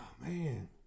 man